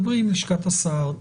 דברי עם לשכת השר,